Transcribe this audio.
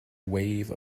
wave